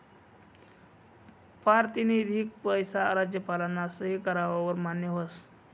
पारतिनिधिक पैसा राज्यपालना सही कराव वर मान्य व्हस